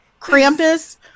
Krampus